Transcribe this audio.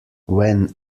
when